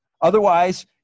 Otherwise